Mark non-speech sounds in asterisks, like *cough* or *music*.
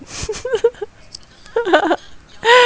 *laughs*